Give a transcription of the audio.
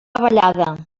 vallada